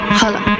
holla